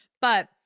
but-